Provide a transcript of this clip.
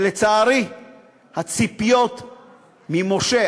שלצערי הציפיות ממשה,